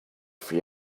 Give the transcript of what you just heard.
free